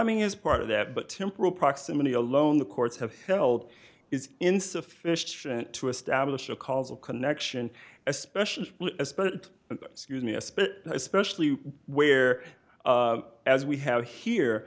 mean is part of that but temporal proximity alone the courts have held is insufficient to establish a causal connection especially as but especially where as we have here